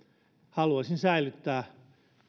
haluaisin säilyttää